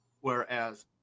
whereas